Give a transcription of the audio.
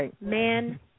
man